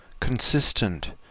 consistent